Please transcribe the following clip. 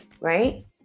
Right